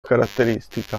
caratteristica